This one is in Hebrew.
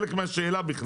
חלק מהשאלה בכלל?